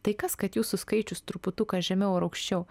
tai kas kad jūsų skaičius truputuką žemiau ar aukščiau